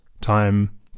time